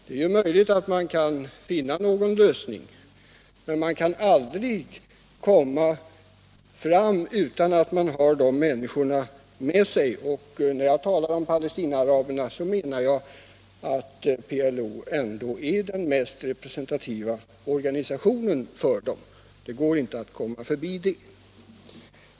Jag tvivlar på att man kan komma fram till en lösning utan att ha med sig dessa människor, och när jag talar om Palestinaaraberna menar jag att PLO ändå är den mest representativa organisationen för dem, det kan man inte komma ifrån.